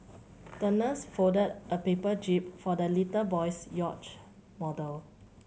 the nurse folded a paper jib for the little boy's yacht model